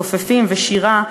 מתופפים ושירה,